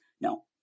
No